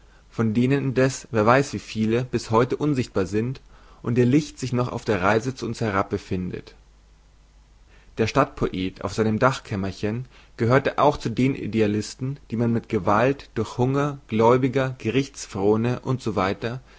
von denen indeß wer weiß wie viele bis heute unsichtbar sind und ihr licht sich noch auf der reise zu uns herab befindet der stadtpoet auf seinem dachkämmerchen gehörte auch zu den idealisten die man mit gewalt durch hunger gläubiger gerichtsfrohne u